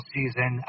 season